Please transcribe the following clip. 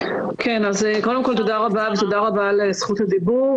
קודם כל תודה רבה על זכות הדיבור.